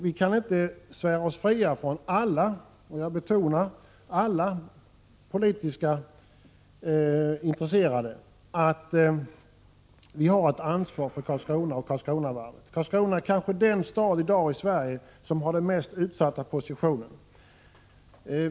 Vi kan inte svära oss fria från ansvar — alla politiskt intresserade har ett ansvar för Karlskrona och Karlskronavarvet. Karlskrona är kanske den stad i Sverige som i dag har den mest utsatta positionen.